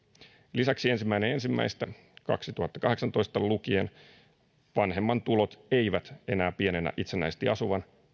lisäksi ensimmäinen ensimmäistä kaksituhattakahdeksantoista lukien vanhemman tulot eivät enää pienennä itsenäisesti asuvan